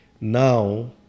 now